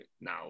now